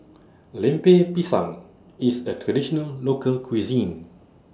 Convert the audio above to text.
Lemper Pisang IS A Traditional Local Cuisine